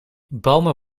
bomen